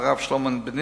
הרב שלמה בניזרי,